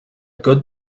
good